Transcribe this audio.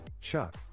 Chuck